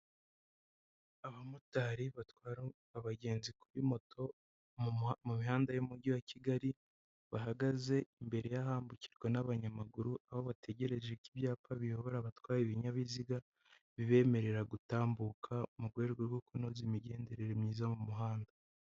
Abamotari batwara abagenzi kuri moto mu mihanda y'umujyi wa kigali bahagaze imbere y'ahambukirwa n'abanyamaguru aho bategereje ko ibyapa biyobora abatwaye ibinyabiziga bibemerera gutambuka mu rwego rwo kunoza imigendekere myiza mu muhanda.